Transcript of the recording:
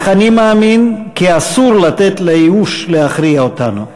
אך אני מאמין כי אסור לתת לייאוש להכריע אותנו.